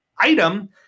item